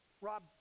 Rob